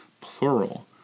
plural